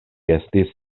estis